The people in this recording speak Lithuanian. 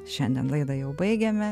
šiandien laidą jau baigiame